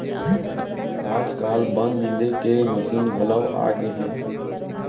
आजकाल बन निंदे के मसीन घलौ आगे हे